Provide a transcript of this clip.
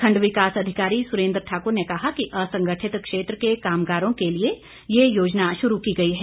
खंड विकास अधिकारी सुरेंद्र ठाकुर ने कहा कि असंगठित क्षेत्र के कामगारों के लिए यह योजना शुरू की गई है